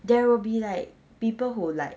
there will be like people who like